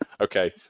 Okay